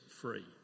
free